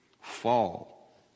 fall